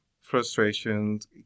frustrations